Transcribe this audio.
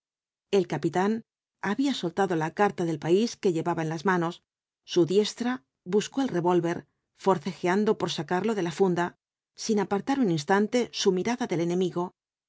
el capitán había soltado la carta del país que llevaba en las manos su diestra buscó el revólver forcejeando por sacarlo de la funda sin apartar un instante su mirada del enemigo